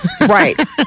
Right